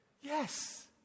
Yes